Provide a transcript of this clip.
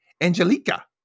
Angelica